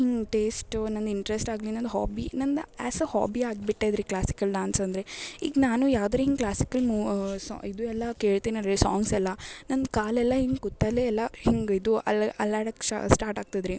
ಹಿಂಗೆ ಟೇಸ್ಟ್ ನನ್ನ ಇಂಟ್ರೆಸ್ಟ್ ಆಗಲಿ ನನ್ನ ಹಾಬಿ ನಂದು ಆ್ಯಸ್ ಆ ಹಾಬಿ ಆಗಿಬಿಟ್ಟದ್ರಿ ಕ್ಲಾಸಿಕಲ್ ಡಾನ್ಸ್ ಅಂದರೆ ಈಗ ನಾನು ಯಾವುದೇ ರೀ ಕ್ಲಾಸಿಕಲ್ ಮು ಸಾಂಗ್ ಇದು ಎಲ್ಲ ಕೇಳ್ತಿನಲ್ರಿ ಸಾಂಗ್ಸ್ ಎಲ್ಲ ನನ್ನ ಕಾಲು ಎಲ್ಲ ಹಿಂಗೆ ಕೂತಲ್ಲೇ ಎಲ್ಲ ಹಿಂಗೆ ಇದು ಅಲ್ಲಿ ಅಲ್ಲಾಡೋಕ್ ಸ್ಟಾರ್ಟ್ ಆಗ್ತದೆ ರೀ